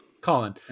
Colin